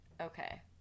okay